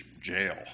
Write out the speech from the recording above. jail